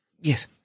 Yes